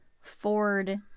Ford